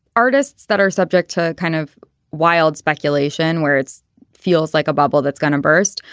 artists that are subject to kind of wild speculation where it's feels like a bubble that's gonna burst.